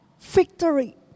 victory